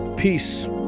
Peace